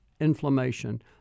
inflammation